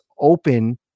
open